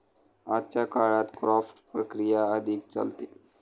आजच्या काळात क्राफ्ट प्रक्रिया अधिक चालते